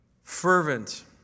Fervent